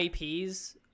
IPs